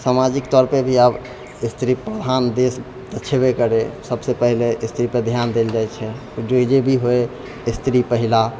समाजिक तौरपर भी आब स्त्री प्रधान देश तऽ छेबे करय सभसँ पहिने स्त्रीपर ध्यान देल जाइ छै जे भी होय स्त्री पहिला